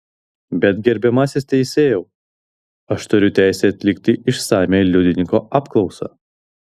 bet gerbiamasis teisėjau aš turiu teisę atlikti išsamią liudininko apklausą